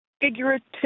figurative